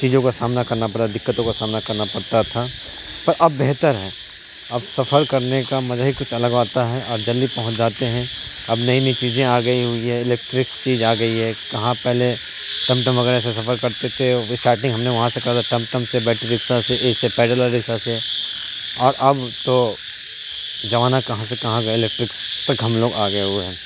چیزوں کا سامنا کرنا پڑا دقتوں کا سامنا کرنا پڑتا تھا پر اب بہتر ہے اب سفر کرنے کا مزا ہی کچھ الگ آتا ہے اور جلدی پہنچ جاتے ہیں اب نئی نئی چیزیں آ گئی ہوئی ہیں الیکٹرکس چیز آ گئی ہے کہاں پہلے ٹم ٹم وغیرہ سے سفر کرتے تھے اسٹارٹنگ ہم نے وہاں سے کرا ٹم ٹم سے بیٹری رکشہ سے اس سے پیڈل والے رکشہ سے اور اب تو زمانہ کہاں سے کہاں آ گیا الیکٹرکس تک ہم لوگ آ گئے ہوئے ہیں